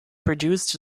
produced